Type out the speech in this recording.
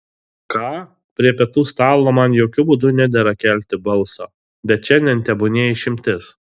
ką prie pietų stalo man jokiu būdu nedera kelti balso bet šiandien tebūnie išimtis